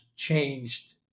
changed